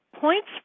points